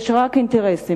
יש רק אינטרסים.